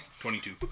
twenty-two